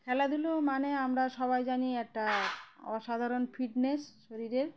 খেলাধুলো মানে আমরা সবাই জানি একটা অসাধারণ ফিটনেস শরীরের